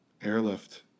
airlift